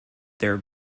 their